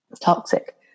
Toxic